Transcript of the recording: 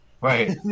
Right